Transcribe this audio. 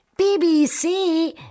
BBC